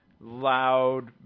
loud